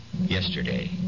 yesterday